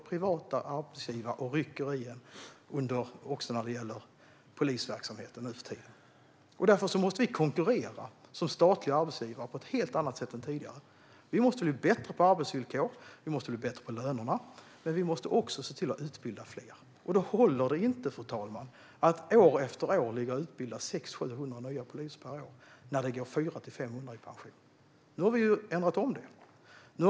Privata arbetsgivare rycker i poliser, och som statlig arbetsgivare måste vi konkurrera med dessa privata arbetsgivare på ett helt annat sätt än tidigare. Vi måste förbättra arbetsvillkor och löner. Vi måste också utbilda fler, och då håller det inte att år efter år utbilda 600-700 nya poliser när 400-500 poliser går i pension. Nu har vi ändrat på detta.